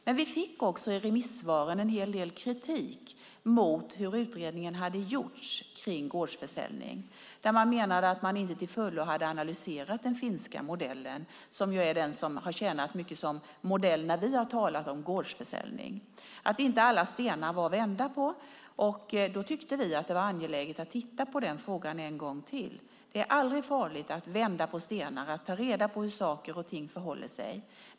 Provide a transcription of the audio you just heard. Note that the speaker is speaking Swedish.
Men vi fick också i remissvaren en hel del kritik mot hur utredningen hade gjorts när det gäller gårdsförsäljning. Man menade att utredningen inte till fullo hade analyserat den finska modellen, som i mycket har tjänat som modell när vi har talat om gårdsförsäljning, och att inte alla stenar var vända. Då tyckte vi att det var angeläget att titta på den frågan en gång till. Det är aldrig farligt att vända på stenar och ta reda på hur saker och ting förhåller sig.